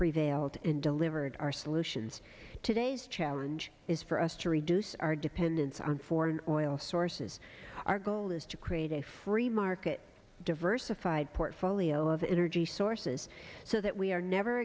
prevailed and delivered our solutions today's challenge is for us to reduce our dependence on foreign oil sources our goal is to create a free market diversified portfolio of energy sources so that we are never